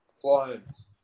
clients